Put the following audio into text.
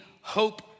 hope